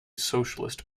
socialist